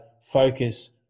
focus